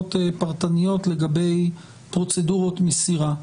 הגדרות פרטניות לגבי פרוצדורות מסירה.